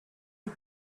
had